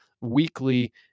weekly